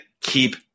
keep